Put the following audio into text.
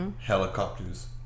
Helicopters